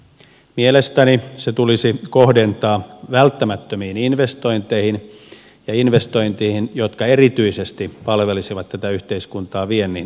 mielestäni se tulisi kohdentaa välttämättömiin investointeihin ja investointeihin jotka erityisesti palvelisivat tätä yhteiskuntaa viennin saralla